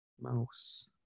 Mouse